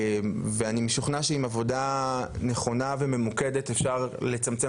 אני משוכנע שעם עבודה נכונה וממוקדת אפשר לצמצם